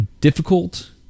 difficult